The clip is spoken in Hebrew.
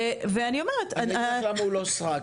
אני אגיד לך למה הוא לא סרק,